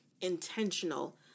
intentional